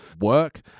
work